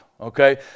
okay